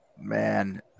Man